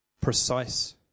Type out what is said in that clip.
precise